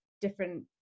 different